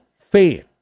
fan